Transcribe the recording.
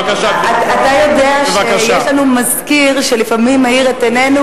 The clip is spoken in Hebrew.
אתה יודע שיש לנו מזכיר שלפעמים מאיר את עינינו,